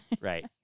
Right